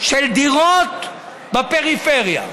של דירות בפריפריה,